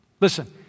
Listen